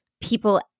people